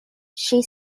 she